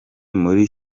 muri